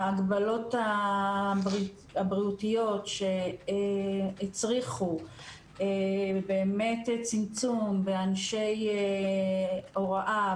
ההגבלות הבריאותיות שהצריכו צמצום באנשי הוראה,